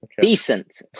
Decent